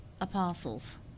apostles